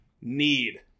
need